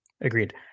Agreed